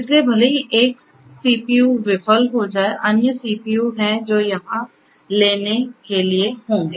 इसलिए भले ही एक सीपीयू विफल हो जाए अन्य सीपीयू हैं जो यहां लेने के लिए होंगे